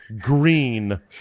green